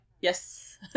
yes